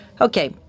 Okay